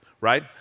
Right